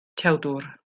tewdwr